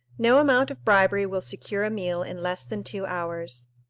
no amount of bribery will secure a meal in less than two hours.